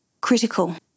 Critical